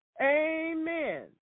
Amen